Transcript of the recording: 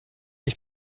ich